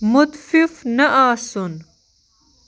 مُتفِف نہٕ آسُن